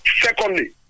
Secondly